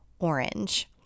Orange